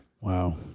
Wow